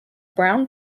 brown